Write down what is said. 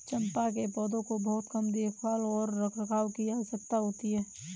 चम्पा के पौधों को बहुत कम देखभाल और रखरखाव की आवश्यकता होती है